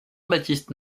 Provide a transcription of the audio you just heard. baptiste